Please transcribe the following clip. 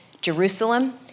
Jerusalem